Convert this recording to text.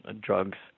drugs